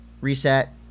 reset